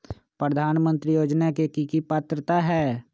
प्रधानमंत्री योजना के की की पात्रता है?